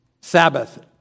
Sabbath